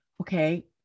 okay